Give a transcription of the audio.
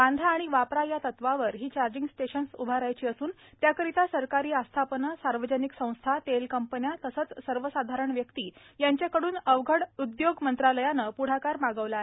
बांधा आणि वापरा या तत्वावर ही चार्जिंग स्टेशन्स उभारायची असून त्याकरता सरकारी आस्थापनं सार्वजनिक संस्था तेल कंपन्या तसंच सर्वसाधारण व्यक्ती यांच्याकडून अवघड उदयोग मंत्रालयानं प्ढाकार मागवला आहे